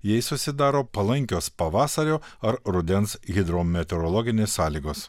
jei susidaro palankios pavasario ar rudens hidrometeorologinės sąlygos